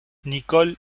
nicole